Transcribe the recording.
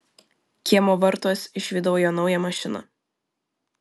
kiemo vartuos išvydau jo naują mašiną